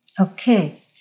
Okay